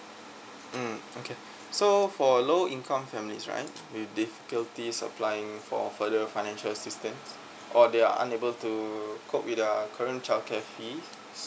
hmm okay so for low income families right with difficulties applying for further financial assistance or they are unable to cope with their current childcare fees